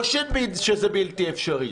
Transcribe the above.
לא שזה בלתי אפשרי.